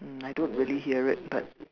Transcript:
um I don't really hear it but